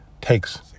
takes